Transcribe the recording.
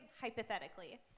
hypothetically